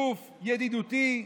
גוף ידידותי.